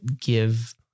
give